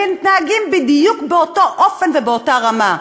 הם מתנהגים בדיוק באותו אופן ובאותה רמה,